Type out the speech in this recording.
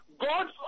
God's